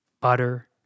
butter